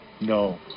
No